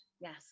Yes